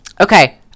okay